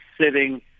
sitting